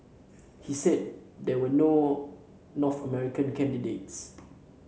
he said there were no North American candidates